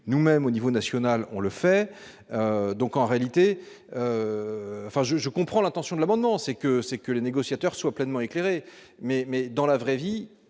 nous-mêmes au niveau national, on le fait, donc, en réalité, enfin je je comprends l'attention de l'abonnement, c'est que, c'est que les négociateurs soient pleinement éclairés mais mais dans la vraie vie,